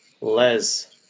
Les